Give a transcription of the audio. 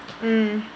mm